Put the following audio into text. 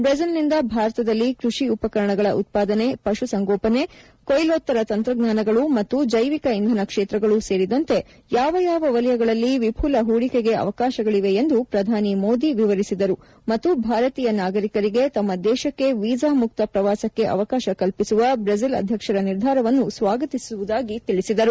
ಬ್ರೆಜಿಲ್ನಿಂದ ಭಾರತದಲ್ಲಿ ಕ್ಪಡಿ ಉಪಕರಣಗಳ ಉತ್ಪಾದನೆ ಪಶುಸಂಗೋಪನೆ ಕೋಯ್ಲೋತ್ತರ ತಂತ್ರಜ್ಞಾನಗಳು ಮತ್ತು ಜೈವಿಕ ಇಂಧನ ಕ್ಷೇತ್ರಗಳೂ ಸೇರಿದಂತೆ ಯಾವ ಯಾವ ವಲಯಗಳಲ್ಲಿ ವಿಪುಲ ಹೂಡಿಕೆಗೆ ಅವಕಾಶಗಳಿವೆ ಎಂದು ಪ್ರಧಾನಿ ಮೋದಿ ವಿವರಿಸಿದರು ಮತ್ತು ಭಾರತೀಯ ನಾಗರಿಕರಿಗೆ ತಮ್ಮ ದೇಶಕ್ಕೆ ವೀಸಾ ಮುಕ್ತ ಪ್ರವಾಸಕ್ಕೆ ಅವಕಾಶ ಕಲ್ವಿಸುವ ಬ್ರೆಜಿಲ್ ಅಧ್ಯಕ್ಷರ ನಿರ್ಧಾರವನ್ನು ಸ್ವಾಗತಿಸುವುದಾಗಿ ತಿಳಿಸಿದರು